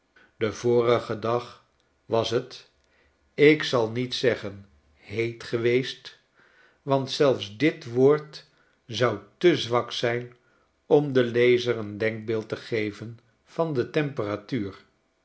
den vorigen dag was t ik zal niet zeggen heet geweest want zelfs dit woord zou te zwak zijn om den lezer een denkbeeld te geven van de temperatuur